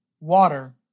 water